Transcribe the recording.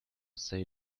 say